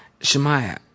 Shemaiah